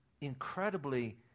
incredibly